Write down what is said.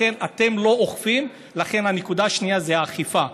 אתם לא אוכפים, ולכן הנקודה השנייה זה האכיפה.